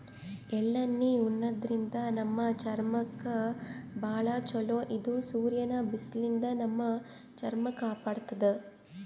ಎಳ್ಳಣ್ಣಿ ಉಣಾದ್ರಿನ್ದ ನಮ್ ಚರ್ಮಕ್ಕ್ ಭಾಳ್ ಛಲೋ ಇದು ಸೂರ್ಯನ್ ಬಿಸ್ಲಿನ್ದ್ ನಮ್ ಚರ್ಮ ಕಾಪಾಡತದ್